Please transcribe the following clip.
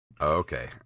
Okay